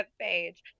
page